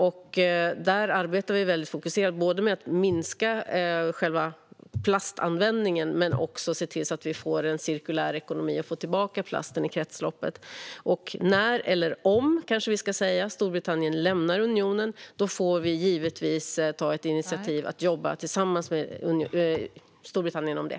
Vi arbetar väldigt fokuserat både med att minska själva plastanvändningen och med att se till att vi får en cirkulär ekonomi och får tillbaka plasten i kretsloppet. När - eller om, ska vi kanske säga - Storbritannien lämnar unionen får vi givetvis ta ett initiativ för att jobba tillsammans med Storbritannien om det.